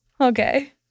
Okay